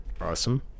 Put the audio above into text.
Awesome